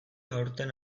aurten